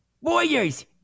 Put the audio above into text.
Warriors